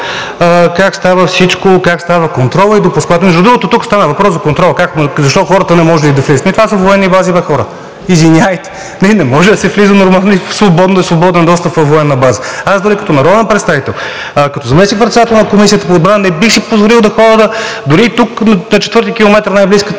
как става всичко, как става контролът и допускането... Между другото, тук стана въпрос за контрола – защо хората не можели да влизат? Това са военни бази, бе хора. Извинявайте. Не, не може да се влиза нормално и да е свободен достъпът във военна база. Аз дори като народен представител, като заместник-председател на Комисията по отбрана не бих си позволил да ходя, дори и тук на четвърти километър, най-близката